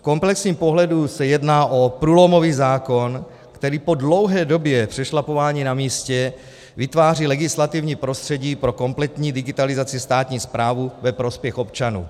V komplexním pohledu se jedná o průlomový zákon, který po dlouhé době přešlapování na místě vytváří legislativní prostředí pro kompletní digitalizaci státní správy ve prospěch občanů.